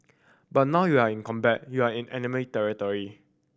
but now you're in combat you're in enemy territory